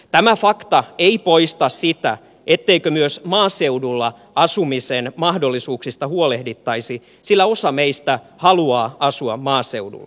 tämä fakta ei poista sitä etteikö myös maaseudulla asumisen mahdollisuuksista huolehdittaisi sillä osa meistä haluaa asua maaseudulla